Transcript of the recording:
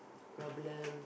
problem